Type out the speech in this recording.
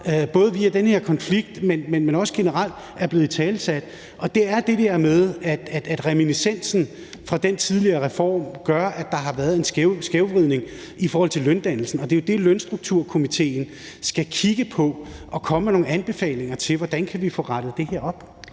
både via den her konflikt, men også generelt, er blevet italesat. Og det er det der med, at reminiscensen fra den tidligere reform gør, at der har været en skævvridning i forhold til løndannelsen. Og det er det lønstrukturkomitéen skal kigge på og komme med nogle anbefalinger til, i forhold til hvordan vi kan få rettet det her op.